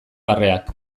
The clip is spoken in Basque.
barreak